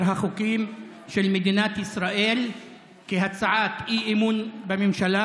החוקים של מדינת ישראל כהצעת אי-אמון בממשלה,